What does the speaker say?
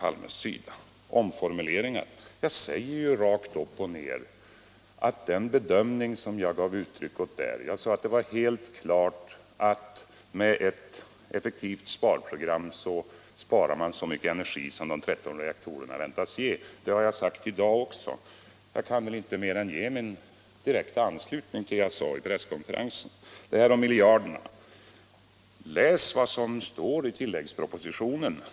Vad beträffar talet om omformuleringar säger jag klart och tydligt att den bedömning som jag gav uttryck åt helt klart var den, att man med ett effektivt sparprogram sparar så mycket energi som de 13 reaktorerna väntas ge. Det har jag sagt också i dag. Jag kan väl inte göra mer än direkt ansluta till vad jag sade vid presskonferensen. som står i tilläggspropositionen!